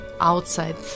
outside